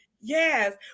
Yes